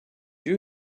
you